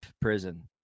prison